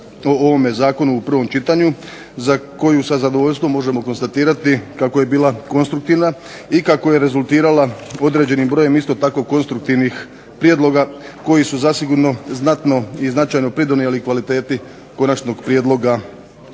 o ovome zakonu u prvom čitanju za koju sa zadovoljstvom možemo konstatirati kako je bilo konstruktivna i kako je rezultirala određenim brojem isto tako konstruktivnih prijedloga koji su zasigurno znatno i značajno pridonijeli kvaliteti Konačnog prijedloga